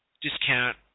discount